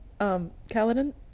Kaladin